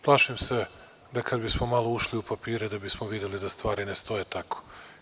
Plašim se da kad bismo malo ušli u papire da bismo videli da stvari ne stoje tako.